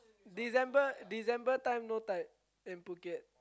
December December time no tide in Phuket